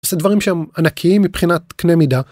דברים שהם ענקיים מבחינת קנה מידה.